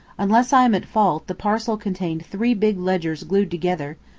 unless i am at fault, the parcel contained three big ledgers glued together,